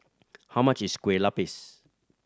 how much is Kueh Lupis